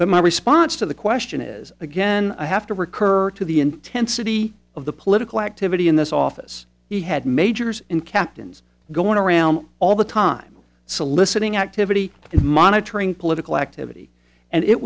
that my response to the question is again i have to recur to the intensity of the political activity in this office he had majors in captains going around all the time soliciting activity and monitoring political activity and it